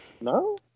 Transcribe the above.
No